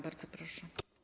Bardzo proszę.